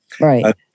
Right